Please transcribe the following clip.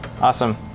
awesome